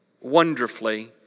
wonderfully